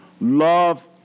love